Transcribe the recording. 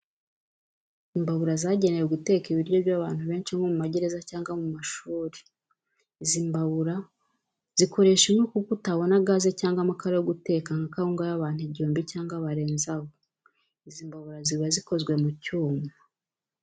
Imbabura zagenewe guteka ibiryo by'abantu benshi nko mu magereza cyangwa mu mashuri, izi mbabura zikoresha inkwi kuko utabona gaze cyangwa amakara yo guteka nka kawunga y'abantu igihumbi cyangwa barenze abo. Izi mbabura ziba zikozwe mu cyuma.